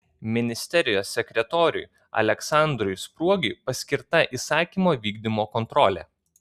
ministerijos sekretoriui aleksandrui spruogiui paskirta įsakymo vykdymo kontrolė